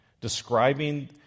describing